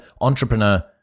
entrepreneur